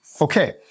Okay